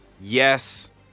yes